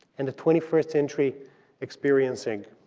and the twenty first century experiencing